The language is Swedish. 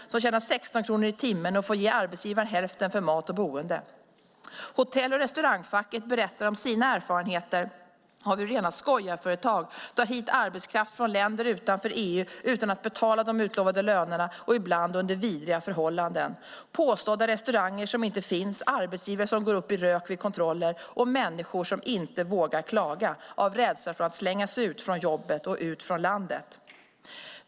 De tjänar 16 kronor i timmen och får ge arbetsgivaren hälften för mat och boende. Hotell och restaurangfacket berättar om sina erfarenheter av hur rena skojarföretag tar hit arbetskraft från länder utanför EU utan att betala de utlovade lönerna och ibland under vidriga förhållanden. De berättar om påstådda restauranger som inte finns, arbetsgivare som går upp i rök vid kontroller och människor som inte vågar klaga av rädsla för att slängas ut från jobbet och ut från landet.